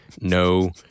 no